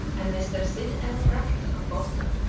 and mr. sid l. brackett, of boston,